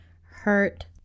hurt